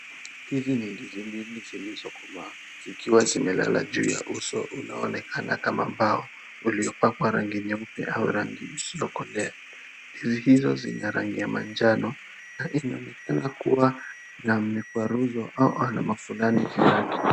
Hizi ni ndizi mbili zilizokomaa zikiwa zimelala juu ya uso unaoonekana kama mbao uliopakwa rangi nyeupe au rangi isiyokolea. Ndizi hizo zina rangi ya manjano na inaonekana kuwa na mikwaruzo au na mafunani juu yake.